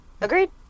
Agreed